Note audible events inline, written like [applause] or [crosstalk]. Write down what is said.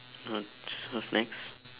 uh [noise] what's next